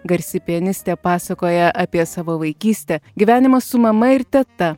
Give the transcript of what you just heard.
garsi pianistė pasakoja apie savo vaikystę gyvenimą su mama ir teta